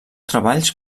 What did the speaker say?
treballs